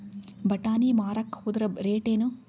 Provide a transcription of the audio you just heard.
ಬಟಾನಿ ಮಾರಾಕ್ ಹೋದರ ರೇಟೇನು?